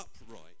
upright